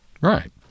Right